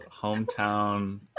hometown